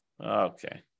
Okay